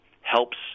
helps